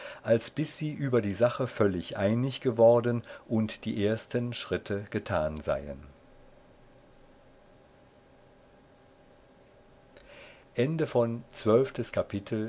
als bis sie über die sache völlig einig geworden und die ersten schritte getan seien